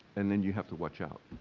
and then you have to watch out.